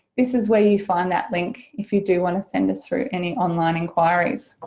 this is where you find that link if you do want to send us through any online inquiries.